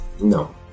No